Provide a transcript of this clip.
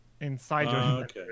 inside